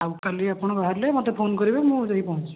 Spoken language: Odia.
ଆଉ କାଲି ଆପଣ ବାହାରିଲେ ମୋତେ ଫୋନ୍ କରିବେ ମୁଁ ଯାଇ ପହଞ୍ଚିବି